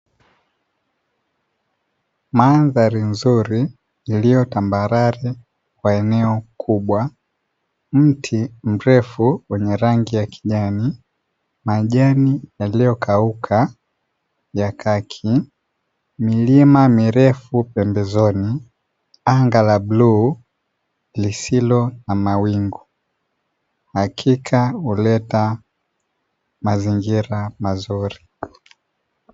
Mandhari nzuri iliyotambarare mwa eneo kubwa, mti mrefu wenye rangi ya kijani majani yaliyokauka yakaki, milima mirefu pendezoni, anga la bluu lisilo na mawingu, hakika huleta mazingira mazuri.